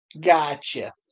Gotcha